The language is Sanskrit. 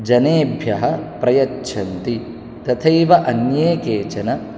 जनेभ्यः प्रयच्छन्ति तथैव अन्ये केचन